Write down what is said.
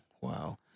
Wow